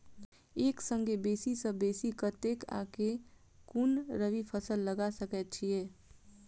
एक संगे बेसी सऽ बेसी कतेक आ केँ कुन रबी फसल लगा सकै छियैक?